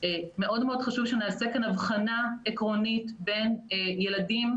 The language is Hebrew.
מאוד מאוד חשוב שנעשה כאן הבחנה עקרונית בין ילדים,